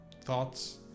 thoughts